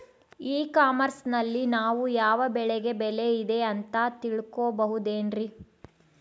E commerce ನಲ್ಲಿ ನಾವು ಯಾವ ಬೆಳೆಗೆ ಬೆಲೆ ಇದೆ ಅಂತ ತಿಳ್ಕೋ ಬಹುದೇನ್ರಿ?